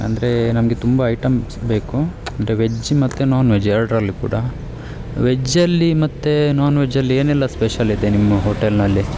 ಅಂದರೆ ನಮಗೆ ತುಂಬ ಐಟಮ್ಸ್ ಬೇಕು ಅಂದರೆ ವೆಜ್ ಮತ್ತು ನಾನ್ ವೆಜ್ ಎರಡರಲ್ಲಿ ಕೂಡ ವೆಜ್ಜಲ್ಲಿ ಮತ್ತು ನಾನ್ ವೆಜ್ಜಲ್ಲಿ ಏನೆಲ್ಲ ಸ್ಪೆಷಲ್ ಇದೆ ನಿಮ್ಮ ಹೋಟೆಲ್ನಲ್ಲಿ